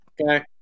Okay